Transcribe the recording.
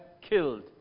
killed